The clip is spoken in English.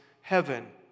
heaven